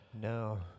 No